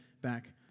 back